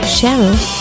Cheryl